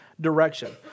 direction